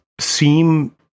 seem